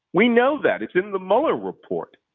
we know that. it's in the mueller report.